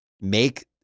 make